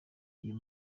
uyu